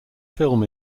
film